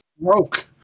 broke